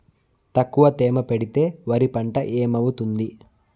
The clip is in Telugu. తక్కువ తేమ పెడితే వరి పంట ఏమవుతుంది